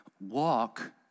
Walk